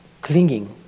clinging